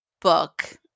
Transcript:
book